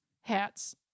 hats